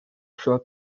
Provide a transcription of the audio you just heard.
shows